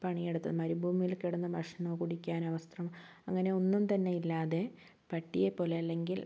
പണിയെടുത്തത് മരുഭൂമിയിൽ കെടന്ന് ഭക്ഷണമോ കുടിക്കാനോ വസ്ത്രം അങ്ങനെ ഒന്നും തന്നെ ഇല്ലാതെ പട്ടിയെ പോലെ അല്ലെങ്കിൽ